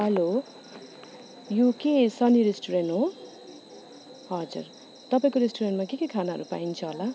hello यो के Sunny restaurant हो हजुर तपाईँको रेस्टुरेन्टमा के के खानाहरू पाइन्छ होला